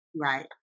Right